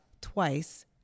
twice